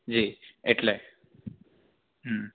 જી એટલે હમ